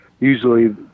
usually